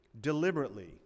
deliberately